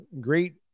great